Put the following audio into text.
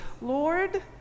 Lord